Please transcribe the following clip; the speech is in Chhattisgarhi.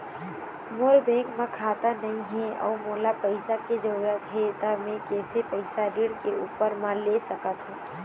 मोर बैंक म खाता नई हे अउ मोला पैसा के जरूरी हे त मे कैसे पैसा ऋण के रूप म ले सकत हो?